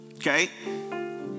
Okay